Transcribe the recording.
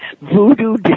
voodoo